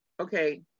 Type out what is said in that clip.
okay